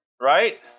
right